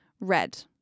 red